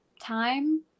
time